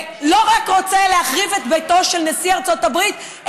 והוא לא רק רוצה להחריב את ביתו של נשיא ארצות הברית,